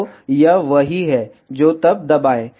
तो यह वही है जो तब दबाएं